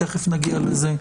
שצריך להסביר גם את זה,